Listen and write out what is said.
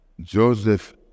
Joseph